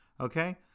okay